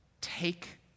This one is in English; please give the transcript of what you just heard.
take